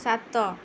ସାତ